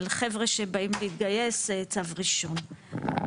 על חבר'ה שבאים להתגייס בצו ראשון.